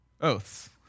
oaths